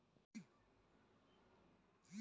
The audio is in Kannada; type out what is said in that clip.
ನಾನು ಸೇವಂತಿ ಹೂವಿನ ತೋಟ ಹಾಕಬಹುದಾ?